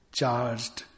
charged